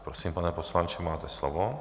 Tak prosím, pane poslanče, máte slovo.